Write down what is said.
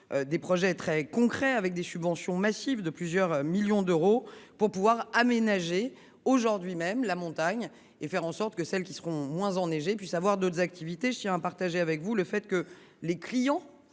des projets très concrets avec des subventions massives de plusieurs millions d’euros pour aménager aujourd’hui la montagne et faire en sorte que celles qui seront moins enneigées puissent proposer d’autres activités. Je tiens à rappeler que les clients